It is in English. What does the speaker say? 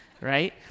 right